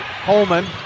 Holman